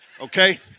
Okay